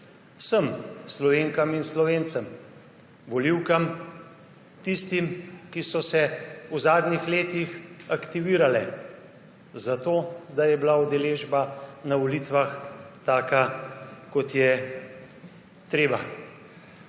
vsem Slovenkam in Slovencem, volivkam, tistim, ki so se v zadnjih letih aktivirale za to, da je bila udeležba na volitvah taka, kot je treba.